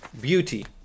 beauty